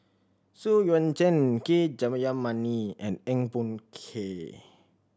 Xu Yuan Zhen K Jayamani and Eng Boh Kee